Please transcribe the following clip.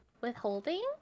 withholding